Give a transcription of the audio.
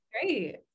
great